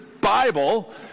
Bible